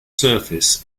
surface